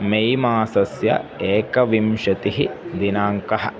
मे मासस्य एकविंशतिः दिनाङ्कः